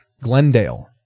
glendale